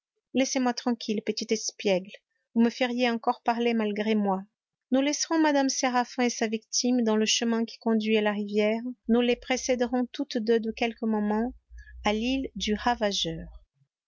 laissez-moi tranquille petite espiègle vous me feriez encore parler malgré moi nous laisserons mme séraphin et sa victime dans le chemin qui conduit à la rivière nous les précéderons toutes deux de quelques moments à l'île du ravageur